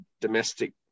domestic